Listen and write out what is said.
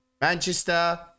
manchester